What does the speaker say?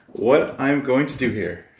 what i'm going to do here.